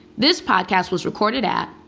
this podcast was recorded at.